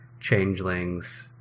changelings